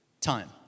time